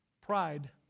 pride